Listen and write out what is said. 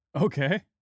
Okay